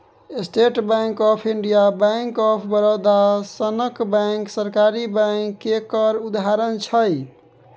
state bank of India, bank of Baroda सनक bank सरकारी bank केर उदाहरण छै